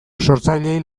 sortzaileei